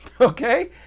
okay